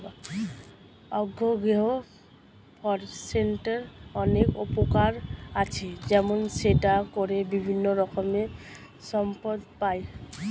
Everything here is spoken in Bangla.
অ্যাগ্রো ফরেস্ট্রির অনেক উপকার আছে, যেমন সেটা করে বিভিন্ন রকমের সম্পদ পাই